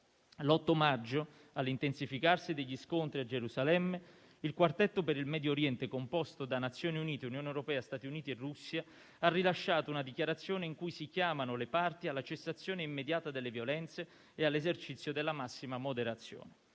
L'8 maggio, all'intensificarsi degli scontri a Gerusalemme, il Quartetto per il Medio Oriente, composto da Nazioni Unite, Unione europea, Stati Uniti e Federazione Russa, ha rilasciato una dichiarazione in cui si chiamano le parti alla cessazione immediata delle violenze e all'esercizio della massima moderazione.